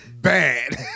Bad